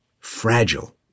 fragile